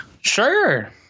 Sure